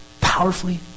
powerfully